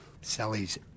Sally's